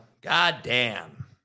Goddamn